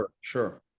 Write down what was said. Sure